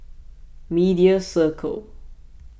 Media Circle